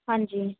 ਹਾਂਜੀ